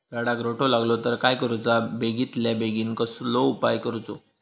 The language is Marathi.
झाडाक रोटो लागलो तर काय करुचा बेगितल्या बेगीन कसलो उपाय करूचो?